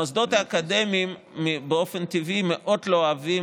המוסדות האקדמיים באופן טבעי מאוד לא אוהבים